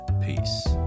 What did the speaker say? Peace